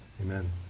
Amen